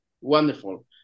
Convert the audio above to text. Wonderful